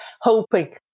hoping